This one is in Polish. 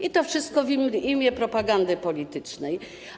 I to wszystko w imię propagandy politycznej.